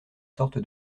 sorte